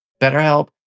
BetterHelp